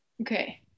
Okay